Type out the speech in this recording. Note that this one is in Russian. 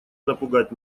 напугать